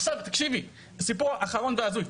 עכשיו תקשיבי, סיפור אחרון והזוי.